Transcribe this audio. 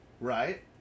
right